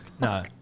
no